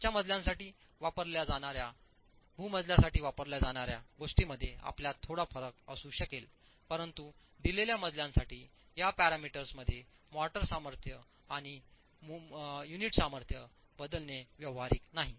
वरच्या मजल्यांसाठी वापरल्या जाणार्या भू मजल्यांसाठी वापरल्या जाणार्या गोष्टींमध्ये आपल्यात थोडा फरक असू शकेल परंतु दिलेल्या मजल्यांसाठी या पॅरामीटर्समध्ये मोर्टार सामर्थ्य आणि युनिट सामर्थ्य बदलणे व्यावहारिक नाही